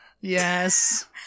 Yes